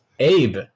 Abe